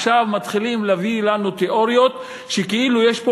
עכשיו מתחילים להביא לנו תיאוריות כאילו יש פה